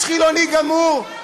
איש חילוני גמור,